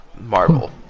Marvel